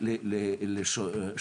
אנחנו אחד הגופים המבוקרים ביותר.